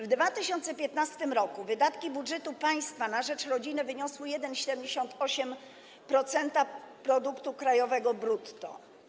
W 2015 r. wydatki budżetu państwa na rzecz rodziny wyniosły 1,78% produktu krajowego brutto.